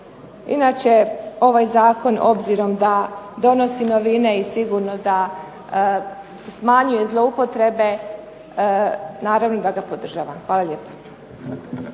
Inače ovaj zakon obzirom da donosi novine i sigurno da smanjuje zloupotrebe naravno da ga podržavam. Hvala lijepa.